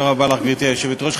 גברתי היושבת-ראש,